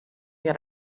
get